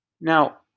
Now